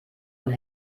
und